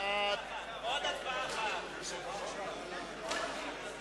חוק הסכמים קיבוציים (תיקון מס' 8),